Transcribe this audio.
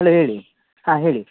hello ಹೇಳಿ ಹಾಂ ಹೇಳಿ